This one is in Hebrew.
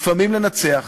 לפעמים לנצח,